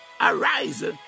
arise